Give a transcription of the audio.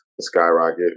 skyrocket